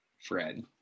Fred